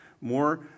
More